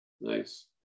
Nice